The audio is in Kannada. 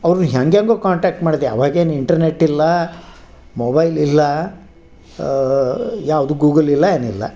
ಅವ್ರ್ನ ಹೇಗೇಗೋ ಕಾಂಟ್ಯಾಕ್ಟ್ ಮಾಡಿದೆ ಆವಾಗೇನೂ ಇಂಟ್ರ್ನೆಟ್ ಇಲ್ಲ ಮೊಬೈಲ್ ಇಲ್ಲ ಯಾವುದೂ ಗೂಗಲ್ ಇಲ್ಲ ಏನಿಲ್ಲ